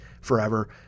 forever